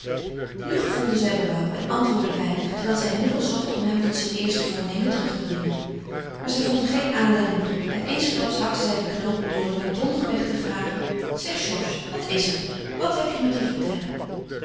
nu gevoelde zij berouw en antwoordde weinig terwijl zij een middel zocht om hem tot zijn eerste voornemen terug te brengen maar zij vond er geen aanleiding toe en eensklaps hakte zij den knoop door met bondigweg te vragen zeg georges wat is er wat heb je me te vertellen